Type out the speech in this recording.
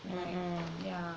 like yeah